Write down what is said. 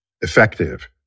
effective